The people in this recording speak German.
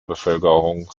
bevölkerung